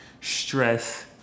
stress